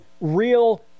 real